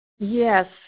Yes